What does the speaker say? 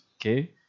okay